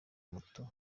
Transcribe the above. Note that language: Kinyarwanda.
muto